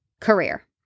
career